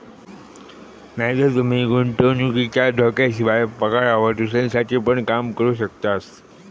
नायतर तूमी गुंतवणुकीच्या धोक्याशिवाय, पगारावर दुसऱ्यांसाठी पण काम करू शकतास